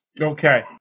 okay